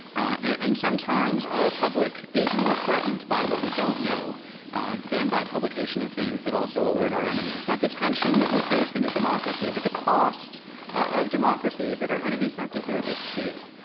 and sometimes our republic is more threatened by what we don't know than by publication of things that also alert our enemies. that detention that we face in a democracy, but the cost of democracy is that our enemies have to hear this too.